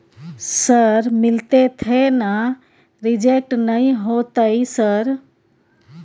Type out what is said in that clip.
Sir मिलते थे ना रिजेक्ट नय होतय सर?